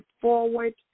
forward